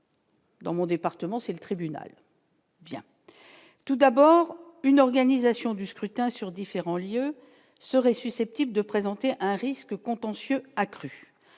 Dans mon département, c'est le tribunal. Bien, tout d'abord, une organisation du scrutin sur différents lieux seraient susceptibles de présenter un risque contentieux accrus,